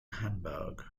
hamburg